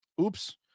Oops